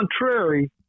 contrary